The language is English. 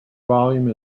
volume